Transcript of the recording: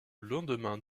lendemain